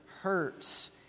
hurts